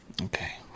Okay